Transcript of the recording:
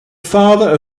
father